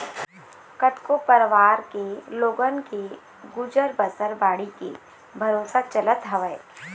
कतको परवार के लोगन के गुजर बसर बाड़ी के भरोसा चलत हवय